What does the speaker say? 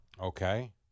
Okay